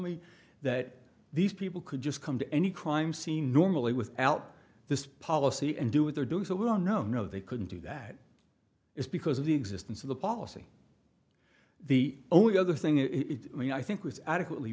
me that these people could just come to any crime scene normally without this policy and do what they're doing so well no no they couldn't do that it's because of the existence of the policy the only other thing is i mean i think was adequately